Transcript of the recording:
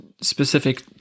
specific